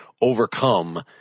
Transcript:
overcome